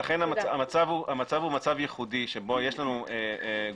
לכן המצב הוא מצב ייחודי בו יש לנו גוף